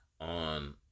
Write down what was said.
on